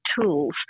tools